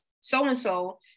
so-and-so